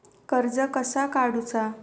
कर्ज कसा काडूचा?